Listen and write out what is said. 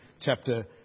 chapter